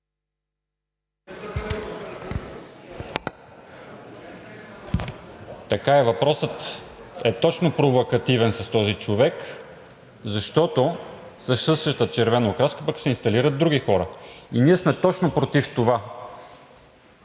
Така е – въпросът е точно провокативен с този човек, защото със същата червена окраска пък се инсталират други хора. Ние сме точно против това.